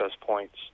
points